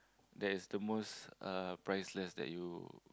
that is the most uh priceless that you